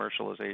commercialization